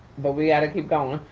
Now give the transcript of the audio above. but we gotta keep going.